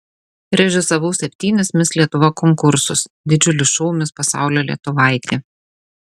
režisavau septynis mis lietuva konkursus didžiulį šou mis pasaulio lietuvaitė